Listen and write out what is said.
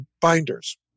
binders